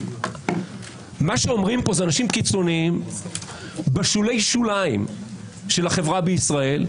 מה שאומרים פה זה אנשים קיצוניים בשולי השוליים של החברה בישראל.